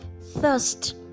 thirst